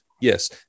Yes